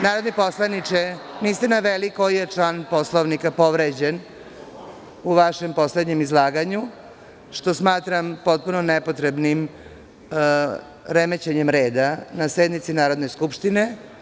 Narodni poslaniče, niste naveli koji je član Poslovnika povređen u vašem poslednjem izlaganju, što smatram potpuno nepotrebnim remećenjem reda na sednici Narodne skupštine.